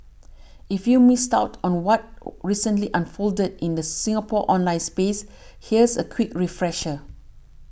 if you've missed out on what recently unfolded in the Singapore online space here's a quick refresher